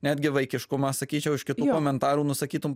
netgi vaikiškumą sakyčiau iš kitų komentarų nu sakytum